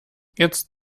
jetzt